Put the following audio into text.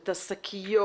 את השקיות,